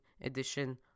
Edition